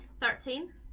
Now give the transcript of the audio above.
Thirteen